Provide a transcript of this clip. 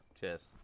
Cheers